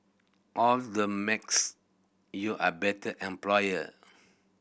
all that makes you a better employer